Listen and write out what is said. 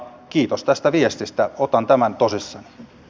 kiitos tästä viestistä otan tämän tosissani